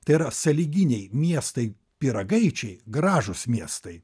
tai yra sąlyginiai miestai pyragaičiai gražūs miestai